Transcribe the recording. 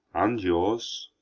and yours